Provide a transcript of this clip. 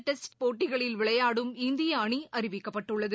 test போட்டிகளில் விளையாடும் இந்திய அணி அறிவிக்கப்பட்டுள்ளது